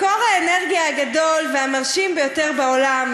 מקור האנרגיה הגדול והמרשים ביותר בעולם,